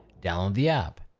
download the app,